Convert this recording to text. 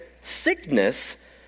sickness